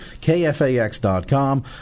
kfax.com